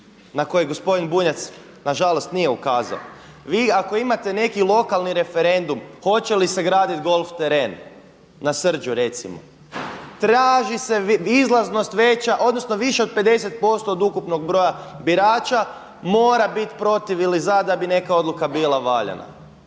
na kojeg gospodin Bunjac nažalost nije ukazao, vi ako imate neki lokalni referendum hoće li se graditi golf teren na Srđu recimo, traži se izlaznost veća, odnosno više od 50% od ukupnog broja birača mora biti protiv ili za da bi neka odluka bila valjana.